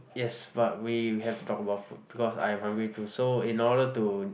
yes but we have to talk about food because I'm hungry too so in order to